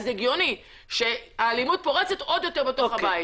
אז זה הגיוני שהאלימות פורצת עוד יותר בתוך הבית,